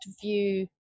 view